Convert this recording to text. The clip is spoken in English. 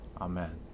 Amen